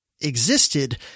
existed